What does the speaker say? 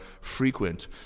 frequent